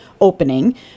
opening